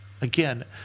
Again